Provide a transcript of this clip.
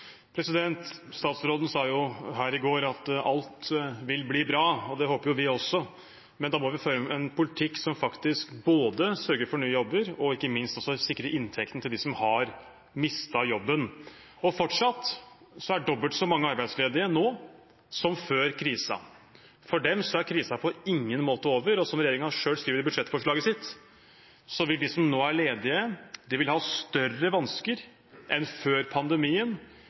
Statsråden sa her i går at alt vil bli bra. Det håper vi også, men da må vi føre en politikk som både sørger for nye jobber og ikke minst sikrer inntekten til dem som har mistet jobben. Fortsatt er dobbelt så mange arbeidsledige nå som før krisen. For dem er krisen på ingen måte over, og som regjeringen selv skriver i budsjettforslaget sitt, vil de som nå er ledige, ha større vansker enn før pandemien